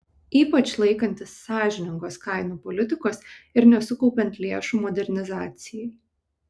ypač laikantis sąžiningos kainų politikos ir nesukaupiant lėšų modernizacijai